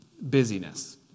busyness